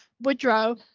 Woodrow